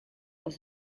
was